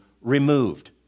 removed